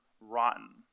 rotten